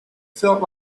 felt